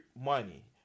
money